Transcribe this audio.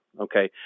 okay